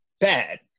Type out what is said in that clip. bad